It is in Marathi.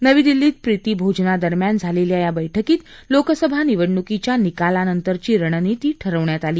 नवी दिल्लीत प्रीती भोजनादरम्यान झालेल्या या बैठकीत लोकसभा निवडणुकीच्या निकालानंतरची रणनीती ठरवण्यात आली